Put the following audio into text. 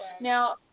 Now